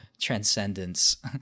transcendence